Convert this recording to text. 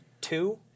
two